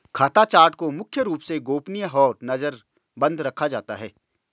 खाता चार्ट को मुख्य रूप से गोपनीय और नजरबन्द रखा जाता है